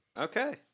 Okay